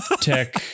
tech